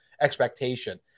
expectation